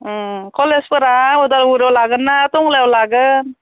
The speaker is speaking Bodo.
ओं कलेजफोरा उदालगुरियाव लागोनना टंलायाव लागोन